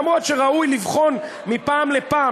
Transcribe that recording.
למרות שראוי לבחון מפעם לפעם,